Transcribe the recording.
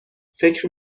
فکر